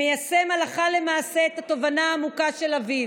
מיישם הלכה למעשה את התובנה העמוקה של אביו: